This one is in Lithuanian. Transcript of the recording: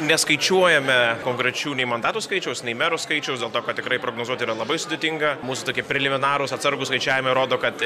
neskaičiuojame konkrečių nei mandatų skaičiaus nei merų skaičiaus dėl to kad tikrai prognozuoti yra labai sudėtinga mus tokie preliminarūs atsargūs skaičiavimai rodo kad